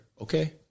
okay